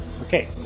Okay